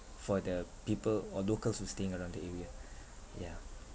for the people or locals who staying around the area yeah